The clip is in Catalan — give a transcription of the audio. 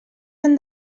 han